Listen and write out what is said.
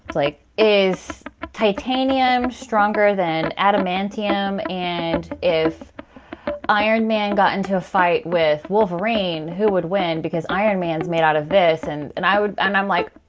like, is titanium stronger than adamantium? and if iron man got into a fight with wolverine, who would win? because iron man's made out of this. and and i would and i'm like,